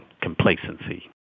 complacency